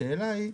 השאלה היא,